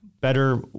better